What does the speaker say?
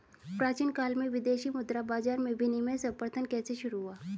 प्राचीन काल में विदेशी मुद्रा बाजार में विनिमय सर्वप्रथम कैसे शुरू हुआ?